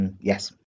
yes